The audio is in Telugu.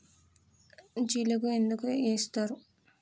జిలుగు ఎందుకు ఏస్తరు?